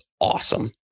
awesome